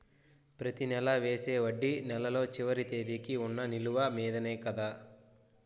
ప్రతి నెల వేసే వడ్డీ నెలలో చివరి తేదీకి వున్న నిలువ మీదనే కదా?